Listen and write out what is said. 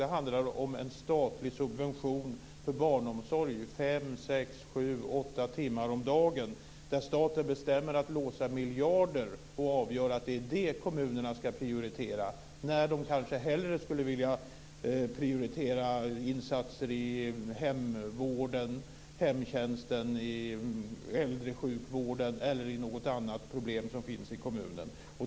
Det handlar om en statlig subvention för barnomsorg 5-8 timmar om dagen där staten bestämmer att låsa miljarder kronor och avgöra att det är detta kommunerna ska prioritera när de kanske hellre skulle vilja prioritera insatser i hemvården, hemtjänsten, äldresjukvården eller något annat problem som finns i kommunen.